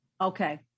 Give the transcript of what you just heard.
Okay